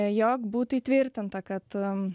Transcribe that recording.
jog būtų įtvirtinta kad